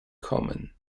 common